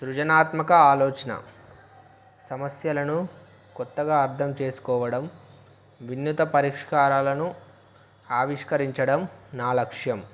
సృజనాత్మక ఆలోచన సమస్యలను కొత్తగా అర్థం చేసుకోవడం విన్నత పరిష్కారాలను ఆవిష్కరించడం నా లక్ష్యం